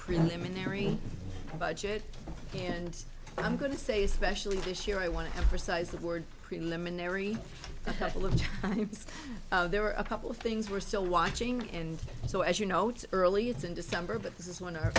preliminary budget and i'm going to say especially this year i want to emphasize the word preliminary look i think there are a couple of things we're still watching and so as you know it's early it's in december but this is one o